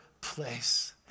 place